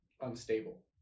unstable